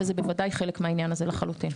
וזה בוודאי חלק מהעניין הזה לחלוטין.